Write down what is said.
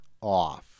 off